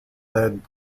led